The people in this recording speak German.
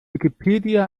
wikipedia